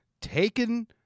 taken